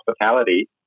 hospitality